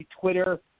Twitter